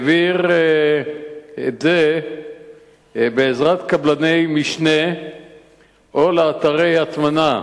העביר את זה בעזרת קבלני משנה או לאתרי הטמנה